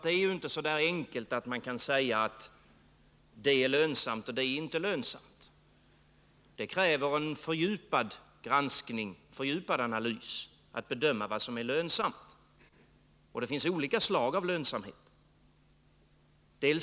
Det är inte så enkelt att man bara kan säga att det ena är lönsamt och att det andra inte är lönsamt. Att bedöma vad som är lönsamt kräver fördjupad granskning och analys, och det finns vidare olika slag av lönsamhet.